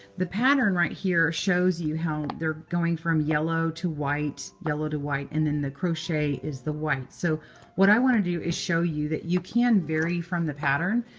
the pattern right here shows you how they're going from yellow to white, yellow to white, and then the crochet is the white. so what i want to do is show you that you can vary from the pattern.